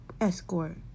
escort